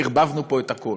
ערבבנו פה את הכול,